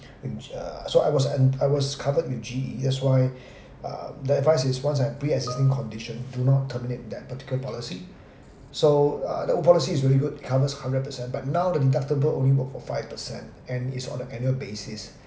uh so I was en~ I was covered with G_E that's why um the advice is once I have pre existing condition do not terminate that particular policy so uh the old policy is really good it covers hundred percent but now the deductible only work for five percent and is on the annual basis